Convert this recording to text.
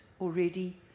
already